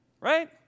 Right